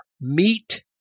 meet